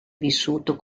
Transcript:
vissuto